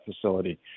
facility